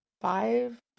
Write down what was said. five